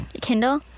kindle